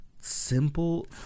simple